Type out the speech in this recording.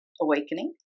awakening